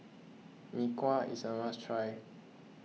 Mee Kuah is a must try